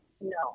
No